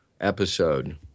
episode